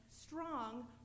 strong